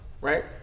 Right